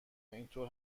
اینطور